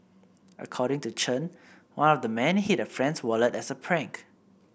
according to Chen one of the men hid a friend's wallet as a prank